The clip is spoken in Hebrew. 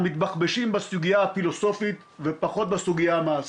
אנחנו מתבחבשים בסוגיה הפילוסופית ופחות בסוגיה המעשית.